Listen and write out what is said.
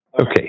Okay